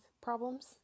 problems